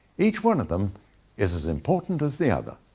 each one of them is is important as the other.